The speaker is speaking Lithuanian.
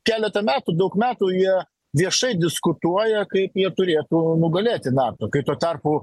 keletą metų daug metų jie viešai diskutuoja kaip jie turėtų nugalėti nato kai tuo tarpu